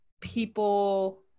people